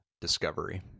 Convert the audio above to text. Discovery